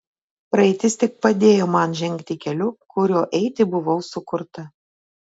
praeitis tik padėjo man žengti keliu kuriuo eiti buvau sukurta